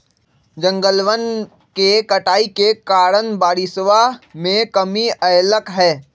जंगलवन के कटाई के कारण बारिशवा में कमी अयलय है